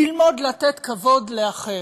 ללמוד לתת כבוד לאחר,